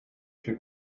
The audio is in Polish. się